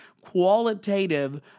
qualitative